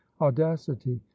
audacity